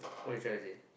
what you trying to say